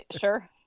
Sure